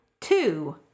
Two